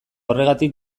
horregatik